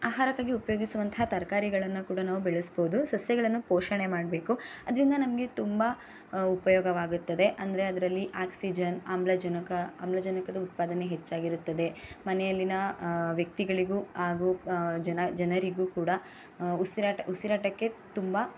ಆಹಾರಕ್ಕಾಗಿ ಉಪಯೋಗಿಸುವಂತಹ ತರಕಾರಿಗಳನ್ನ ಕೂಡ ನಾವು ಬೆಳೆಸಬಹುದು ಸಸ್ಯಗಳನ್ನು ಪೋಷಣೆ ಮಾಡಬೇಕು ಅದರಿಂದ ನಮಗೆ ತುಂಬ ಉಪಯೋಗವಾಗುತ್ತದೆ ಅಂದರೆ ಅದರಲ್ಲಿ ಆಕ್ಸಿಜನ್ ಆಮ್ಲಜನಕ ಆಮ್ಲಜನಕದ ಉತ್ಪಾದನೆ ಹೆಚ್ಚಾಗಿರುತ್ತದೆ ಮನೆಯಲ್ಲಿನ ವ್ಯಕ್ತಿಗಳಿಗೂ ಹಾಗೂ ಜನ ಜನರಿಗೂ ಕೂಡ ಉಸಿರಾಟ ಉಸಿರಾಟಕ್ಕೆ ತುಂಬ